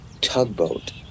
tugboat